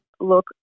look